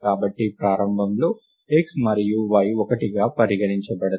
కాబట్టి ప్రారంభంలో x మరియు y ఒకటిగా పరిగణించబడతాయి